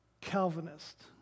Calvinist